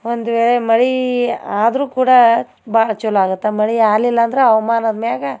ಒಂದು ವೇಳೆ ಮಳೆ ಆದರೂ ಕೂಡ ಭಾಳ ಚಲೋ ಆಗತ್ತೆ ಮಳೆ ಆಗ್ಲಿಲ್ಲ ಅಂದ್ರೆ ಹವ್ಮಾನದ್ ಮ್ಯಾಲ